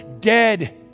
dead